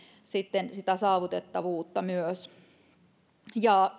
sitten sitä saavutettavuutta myös taiteen ja